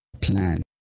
plan